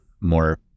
more